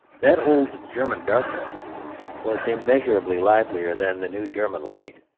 that old german darkness was immeasurably livelier than the new german light.